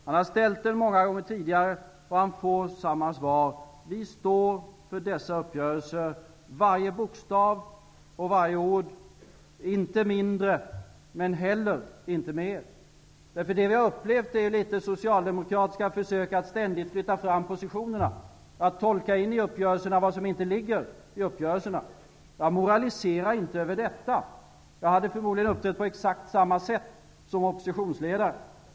Han har ställt frågan många gånger tidigare, och han får samma svar: Regeringen står för dessa uppgörelser, för varje bokstav och varje ord -- inte mindre, men heller inte mer. Det vi har upplevt är något av socialdemokratiska försök att ständigt flytta fram positionerna, att tolka in i uppgörelserna något som inte ligger däri. Jag moraliserar inte över detta. Förmodligen hade jag uppträtt på exakt samma sätt såsom oppositionsledare.